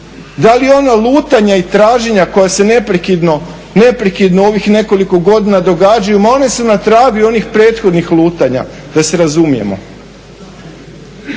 da li ona lutanja i traženja koja se neprekidno ovih nekoliko godina događaju? Ma one su na tragu i onih prethodnih lutanja da se razumijemo.